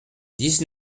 dix